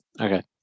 Okay